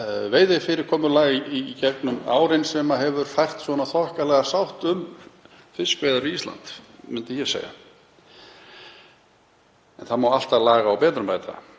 veiðifyrirkomulag í gegnum árin sem hefur fært okkur þokkalega sátt um fiskveiðar við Ísland, myndi ég segja, en það má alltaf laga og betrumbæta.